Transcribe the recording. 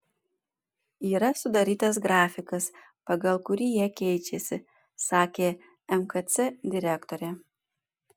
yra sudarytas grafikas pagal kurį jie keičiasi sakė mkc direktorė